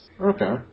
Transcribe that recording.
Okay